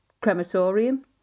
crematorium